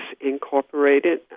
Incorporated